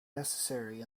necessary